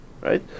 right